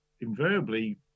invariably